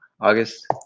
August